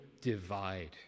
divide